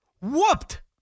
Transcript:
Whooped